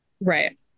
right